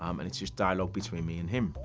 um and it's just dialogue between me and him.